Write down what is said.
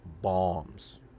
bombs